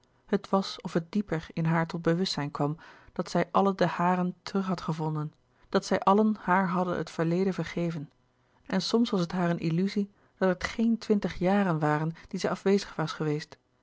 het was of het dieper in haar tot bewustzijn kwam dat zij alle de haren terug had gevonden dat zij allen haar hadden het verleden vergeven en soms was het haar een illuzie dat het geen twintig jaren waren die zij afwezig was geweest